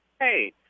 Hey